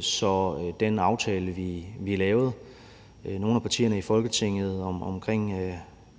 så den aftale, nogle af partierne i Folketinget lavede om